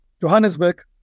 Johannesburg